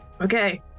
Okay